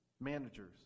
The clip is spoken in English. managers